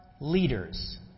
leaders